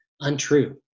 untrue